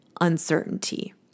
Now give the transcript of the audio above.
uncertainty